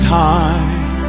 time